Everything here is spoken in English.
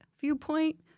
viewpoint